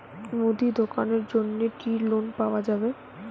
মুদি দোকানের জন্যে কি লোন পাওয়া যাবে?